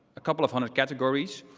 a couple of hundred categories,